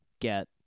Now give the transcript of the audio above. get